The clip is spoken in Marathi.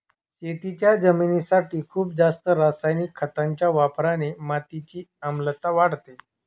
शेतीच्या जमिनीसाठी खूप जास्त रासायनिक खतांच्या वापराने मातीची आम्लता वाढते